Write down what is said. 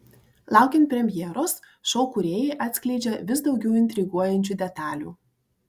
laukiant premjeros šou kūrėjai atskleidžia vis daugiau intriguojančių detalių